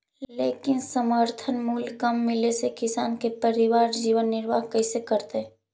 लेकिन समर्थन मूल्य कम मिले से किसान के परिवार जीवन निर्वाह कइसे करतइ?